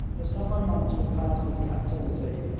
the summer months were passed in captivity,